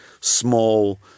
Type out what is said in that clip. small